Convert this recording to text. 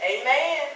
Amen